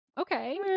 okay